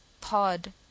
pod